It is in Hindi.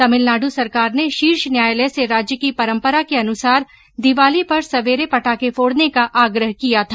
तमिलनाडु सरकार ने शीर्ष न्यायालय से राज्य की परंपरा के अनुसार दिवाली पर सवेरे पटाखे फोड़ने का आग्रह किया था